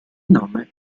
nome